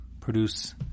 produce